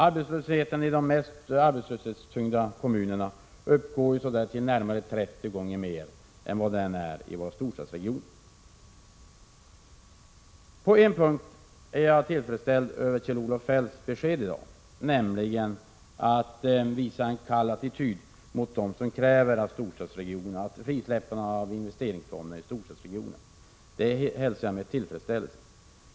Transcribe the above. Arbetslösheten i de mest arbetslöshetstyngda kommunerna är närmare 30 gånger större än i våra storstadsregioner. På en punkt är jag dock nöjd med Kjell-Olof Feldts besked i dag, nämligen att visa en kall attityd mot dem som kräver frisläppande av investeringsfonderna i storstadsregionerna. Detta hälsar jag med tillfredsställelse.